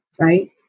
right